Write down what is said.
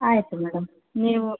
ಆಯ್ತು ಮೇಡಮ್ ನೀವು